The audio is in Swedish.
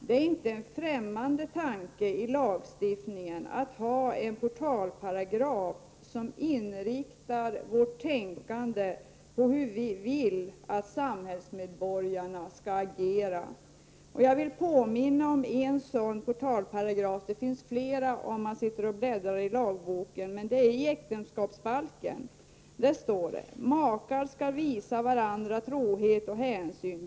Det är inte en främmande tanke i lagstiftningen att ha en portalparagraf, som inriktar vårt tänkande på hur vi vill att samhällsmedborgarna skall agera. Jag vill här påminna om en sådan portalparagraf — man kan hitta flera om man bläddrar i lagboken — nämligen den i äktenskapsbalken. Där står: ”Makar skall visa varandra trohet och hänsyn.